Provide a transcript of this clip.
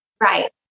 Right